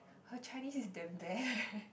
her Chinese is damn bad